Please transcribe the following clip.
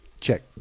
check